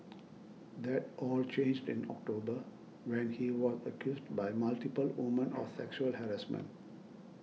that all changed in October when he was accused by multiple women of sexual harassment